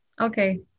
Okay